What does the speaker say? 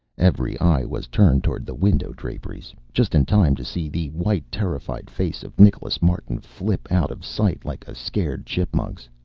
every eye was turned toward the window draperies, just in time to see the white, terrified face of nicholas martin flip out of sight like a scared chipmunk's.